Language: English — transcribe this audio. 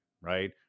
right